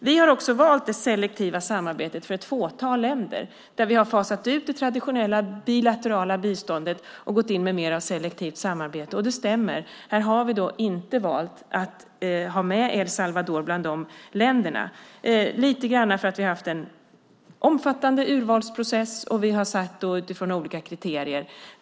Vi har också valt det selektiva samarbetet för ett fåtal länder. Där har vi fasat ut det traditionella bilaterala biståndet och gått in med mer selektivt samarbete. Det stämmer att vi har valt att inte ha med El Salvador bland de länderna. Det beror lite grann på att vi har haft en omfattande urvalsprocess. Vi har satt upp olika kriterier.